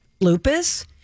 lupus